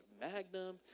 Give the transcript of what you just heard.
Magnum